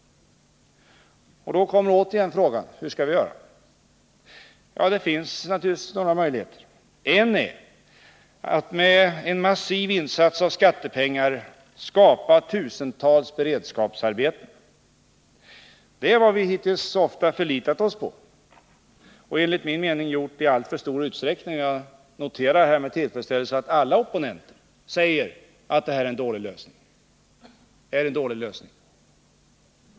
Då är frågan återigen: Hur skall vi då göra? Det finns naturligtvis några möjligheter. En är att med en massiv insats av skattepengar skapa tusentals beredskapsarbeten. Det är vad vi hittills ofta förlitat oss på — och enligt min mening gjort i alltför stor utsträckning. Jag noterar här med stor tillfredsställelse att alla opponenter säger att detta är en dålig lösning.